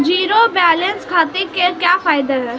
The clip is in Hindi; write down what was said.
ज़ीरो बैलेंस खाते के क्या फायदे हैं?